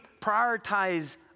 prioritize